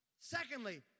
Secondly